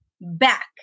back